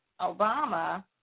Obama